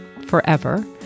forever